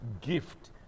gift